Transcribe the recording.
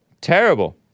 Terrible